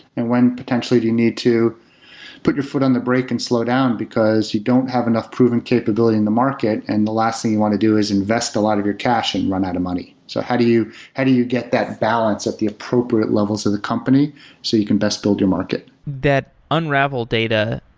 and when potentially do you need to put your foot on the brake and slow down, because you don't have enough proven capability in the market and the last thing you want to do is invest a lot of your caching and run out of money. so how do you how do you get that balance at the appropriate levels of the company so you can best build your market? that unravel data,